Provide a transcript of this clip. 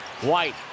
White